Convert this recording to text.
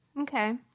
okay